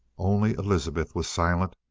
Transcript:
only elizabeth was silent.